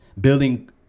building